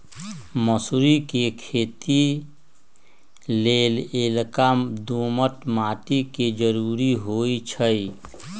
मसुरी कें खेति लेल हल्का दोमट माटी के जरूरी होइ छइ